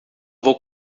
vou